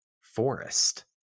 forest